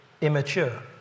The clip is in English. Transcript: immature